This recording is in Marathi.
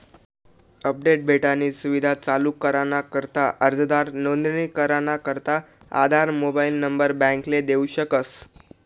अपडेट भेटानी सुविधा चालू कराना करता अर्जदार नोंदणी कराना करता आधार मोबाईल नंबर बॅकले देऊ शकस